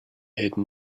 hidden